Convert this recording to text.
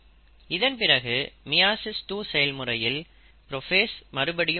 இதன்பிறகு மியாசிஸ் 2 செயல்முறையில் புரோஃபேஸ் மறுபடியும் நிகழும்